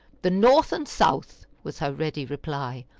the north and south, was her ready reply.